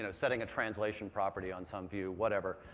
you know setting a translation property on some view, whatever.